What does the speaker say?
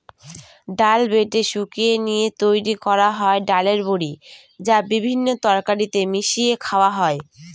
ডাল বেটে শুকিয়ে নিয়ে তৈরি করা হয় ডালের বড়ি, যা বিভিন্ন তরকারিতে মিশিয়ে খাওয়া হয়